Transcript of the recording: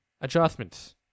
adjustments